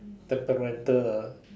temperamental ah